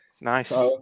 Nice